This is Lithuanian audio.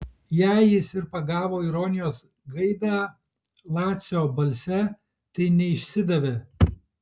jei jis ir pagavo ironijos gaidą lacio balse tai neišsidavė